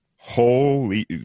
Holy